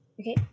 okay